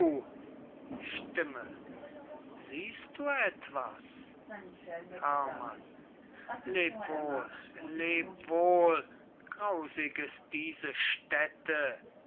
stimme siehst du etwas herrmann leb wohl leb wohl grausig ist diese stätte